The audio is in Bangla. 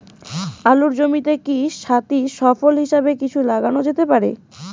আলুর জমিতে কি সাথি ফসল হিসাবে কিছু লাগানো যেতে পারে?